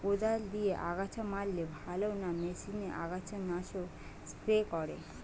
কদাল দিয়ে আগাছা মারলে ভালো না মেশিনে আগাছা নাশক স্প্রে করে?